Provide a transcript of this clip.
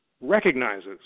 recognizes